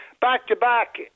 back-to-back